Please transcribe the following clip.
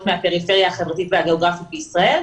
מהפריפריה החברתית והגיאוגרפית בישראל.